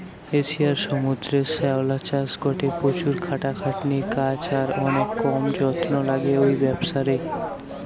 এশিয়ার সমুদ্রের শ্যাওলা চাষ গটে প্রচুর খাটাখাটনির কাজ আর অনেক কম যন্ত্র লাগে ঔ ব্যাবসারে